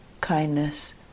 kindness